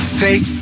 take